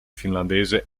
finlandese